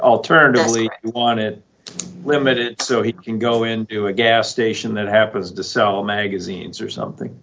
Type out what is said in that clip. alternatively on it limited so he can go into a gas station that happens to sell magazines or something